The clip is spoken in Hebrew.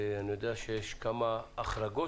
אני יודע שהיו כמה החרגות,